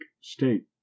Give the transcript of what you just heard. state